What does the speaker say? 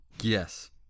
Yes